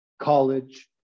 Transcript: college